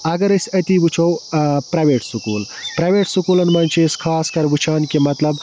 اَگر أسۍ أتی وٕچھو پریٚویٚٹ سُکوٗل پریٚویٚت سُکوٗلَن منٛز چھِ أسۍ خاص کر وٕچھان کہ مطلب